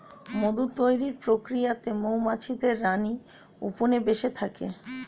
মধু তৈরির প্রক্রিয়াতে মৌমাছিদের রানী উপনিবেশে থাকে